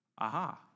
Aha